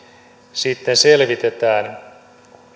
sitten selvitetään